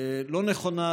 לא נכונה,